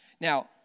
Now